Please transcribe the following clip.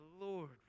Lord